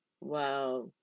Wow